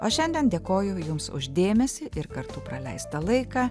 o šiandien dėkoju jums už dėmesį ir kartu praleistą laiką